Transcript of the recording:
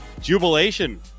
jubilation